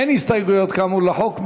אין הסתייגויות, כאמור, לחוק.